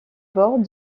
bords